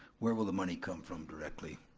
where will the money come from directly?